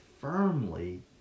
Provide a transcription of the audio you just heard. firmly